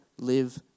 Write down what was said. live